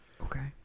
Okay